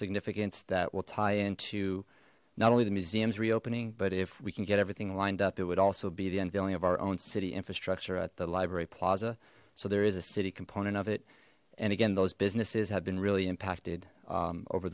significance that will tie into not only the museum's reopening but if we can get everything lined up it would also be the unveiling of our own city infrastructure at the library plaza so there is a city component of it and again those businesses have been really impacted over